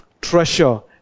Treasure